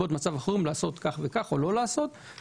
החירום לעשות כך וכך או לא לעשות כך וכך.